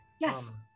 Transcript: Yes